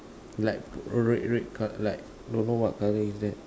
like red red colour like don't know what colour is that